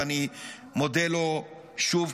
ואני מודה לו שוב,